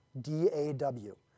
D-A-W